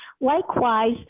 Likewise